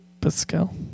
Pascal